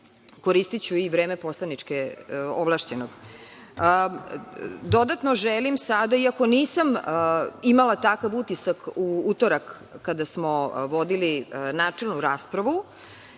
evra. Koristiću i vreme ovlašćenog. Dodatno želim sada, iako nisam imala takav utisak u utorak kada smo vodili načelnu raspravu,